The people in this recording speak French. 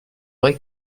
vrai